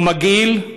הוא מגעיל,